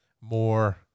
more